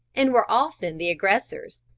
and were often the aggressors.